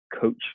coach